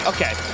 Okay